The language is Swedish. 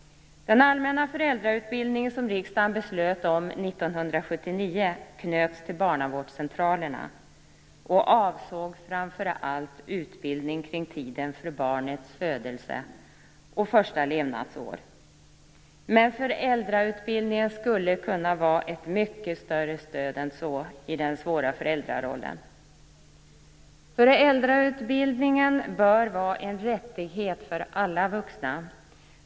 Den allmänna föräldrautbildning som riksdagen beslöt om 1979 knöts till barnavårdscentralerna och avsåg framför allt utbildning kring tiden för barnets födelse och första levnadsår. Men föräldrautbildningen skulle kunna vara ett mycket större stöd än så i den svåra föräldrarollen. Föräldrautbildningen bör vara en rättighet för alla vuxna.